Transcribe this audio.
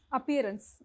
Appearance